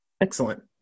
Excellent